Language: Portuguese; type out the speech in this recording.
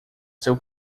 seu